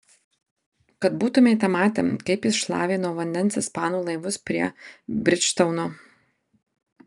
kad būtumėte matę kaip jis šlavė nuo vandens ispanų laivus prie bridžtauno